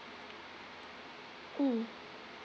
mm